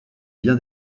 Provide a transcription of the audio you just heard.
bien